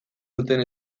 duten